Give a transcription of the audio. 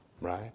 right